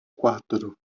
quatro